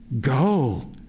go